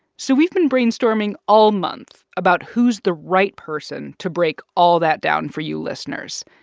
so we've been brainstorming all month about who's the right person to break all that down for you listeners,